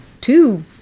two